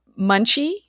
Munchie